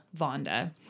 Vonda